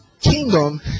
kingdom